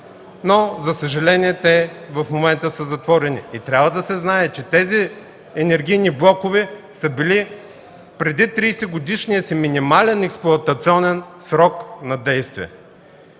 Но, за съжаление, те в момента са затворени. И трябва да се знае, че тези енергийни блокове са били затворени преди 30-годишния си минимален експлоатационен срок на действие.